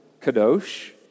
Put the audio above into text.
kadosh